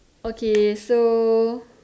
okay so